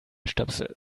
stöpsel